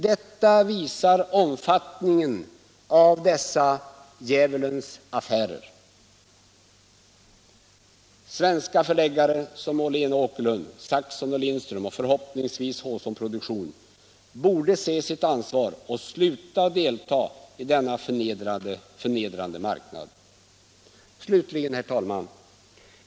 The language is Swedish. Detta visar omfattningen av dessa djävulens affärer. Svenska förläggare som Åhlén & Åkerlund, Saxon & Lindström och förhoppningsvis Hson Produktion borde se sitt ansvar och sluta delta i denna förnedrande marknad. Slutligen, herr talman!